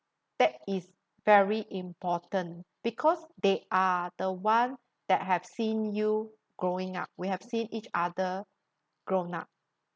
that is very important because they are the one that have seen you growing up we have seen each other grown up